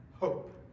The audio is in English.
hope